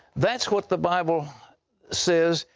that's what the bible says.